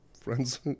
Friends